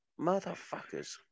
Motherfuckers